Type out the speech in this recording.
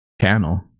channel